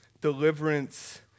Deliverance